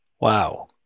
wow